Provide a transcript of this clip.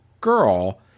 girl